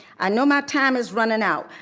i know my time is running out,